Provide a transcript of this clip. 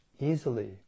easily